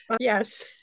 Yes